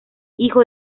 hijo